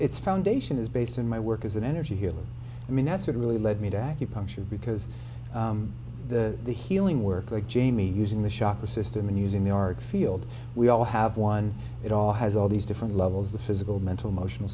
its foundation is based on my work as an energy here i mean that's what really led me to acupuncture because the the healing work or jamie using the shock the system and using the art field we all have one it all has all these different levels of physical mental emotional